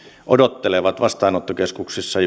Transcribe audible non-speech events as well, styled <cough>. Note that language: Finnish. odottelevat vastaanottokeskuksissa <unintelligible>